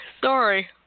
Sorry